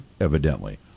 evidently